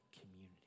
community